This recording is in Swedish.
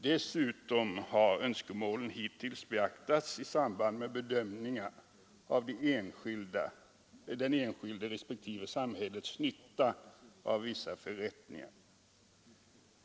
Dessutom har önskemålen hittills beaktats i samband med bedömningar av den enskildes respektive samhällets nytta av vissa förrättningar.